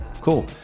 Cool